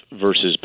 versus